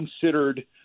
considered